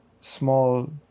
small